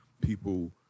people